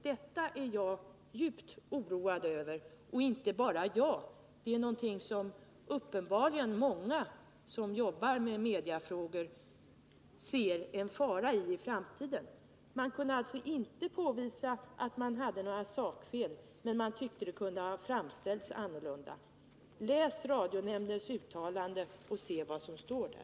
Detta är jag djupt oroad över — inte bara jag förresten. Uppenbarligen ser många som jobbar med mediafrågor i utslaget en fara för framtiden. Radionämnden kunde alltså inte påvisa att programmet innehöll några sakfel. Men nämnden tyckte att programmets fakta kunde ha framställts på ett annorlunda sätt. Läs radionämndens uttalande, och tänk efter vad som egenligen står där!